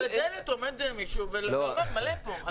בדלת עומד מישהו ובודק מלא פה.